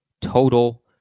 total